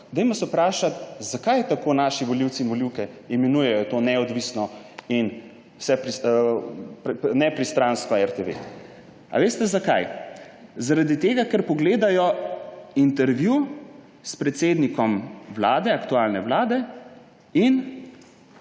dajmo se vprašati, zakaj tako naši volivci in volivke imenujejo to neodvisno in nepristransko RTV. A veste, zakaj? Zaradi tega, ker pogledajo intervju s predsednikom Vlade, aktualne vlade,